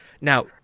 Now